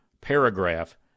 paragraph